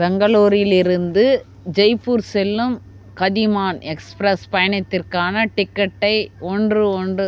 பெங்களூரிலிருந்து ஜெய்ப்பூர் செல்லும் கதிமான் எக்ஸ்பிரஸ் பயணத்திற்கான டிக்கெட்டை ஒன்று ஒன்று